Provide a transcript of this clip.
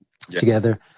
together